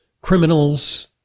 criminals